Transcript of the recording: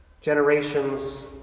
Generations